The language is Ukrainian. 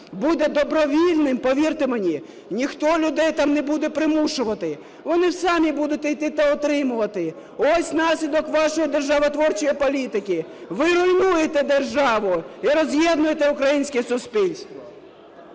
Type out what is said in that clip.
буде добровільним, повірте мені, ніхто людей там не буде примушувати, вони самі будуть йти та отримувати. Ось наслідок вашої державотворчої політики. Ви руйнуєте державу і роз'єднуєте українське суспільство.